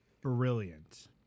brilliant